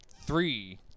Three